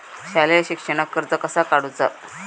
शालेय शिक्षणाक कर्ज कसा काढूचा?